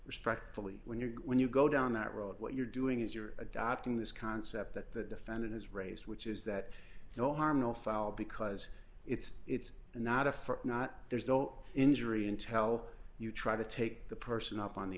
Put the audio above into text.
respectfully when you're when you go down that road what you're doing is you're adopting this concept that the defendant has raised which is that no harm no foul because it's it's not a for not there's no injury in tell you try to take the person up on the